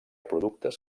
productes